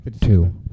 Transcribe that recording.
two